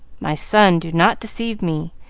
my son, do not deceive me.